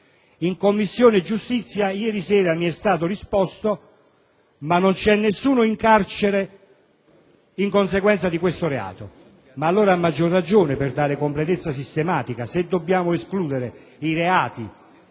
InCommissione giustizia, ieri sera, mi è stato risposto che non c'è nessuno in carcere in conseguenza di questo reato. Ma allora, a maggior ragione, per dare completezza sistematica, se dobbiamo escludere i reati